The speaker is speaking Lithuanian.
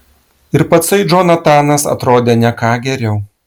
ir patsai džonatanas atrodė ne ką geriau